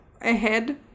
ahead